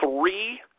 three